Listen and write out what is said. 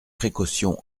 précaution